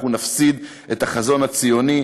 אנחנו נפסיד את החזון הציוני,